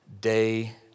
day